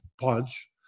punch